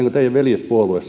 kuin teidän veljespuolue